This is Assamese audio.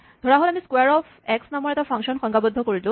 ধৰাহ'ল আমি ক্সোৱাৰ অফ এক্স নামৰ এটা ফাংচন সংজ্ঞাবদ্ধ কৰিলোঁ